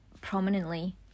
prominently